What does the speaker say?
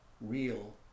real